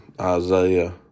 Isaiah